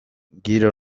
giro